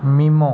memo